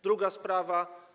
Druga sprawa.